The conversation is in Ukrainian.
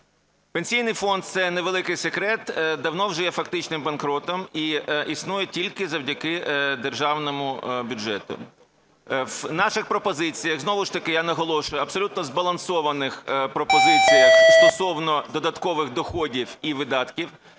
Пенсійний фонд, це невеликий секрет, давно вже є фактичним банкрутом і існує тільки завдяки державному бюджету. В наших пропозиціях, знову ж таки я наголошую, абсолютно збалансованих пропозиціях, стосовно додаткових доходів і видатків